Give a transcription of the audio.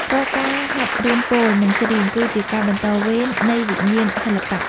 រាល់ការហាត់រៀនពោល និងច្រៀង គឺជាការបន្តវេននៃវិញ្ញាណសិល្បៈ។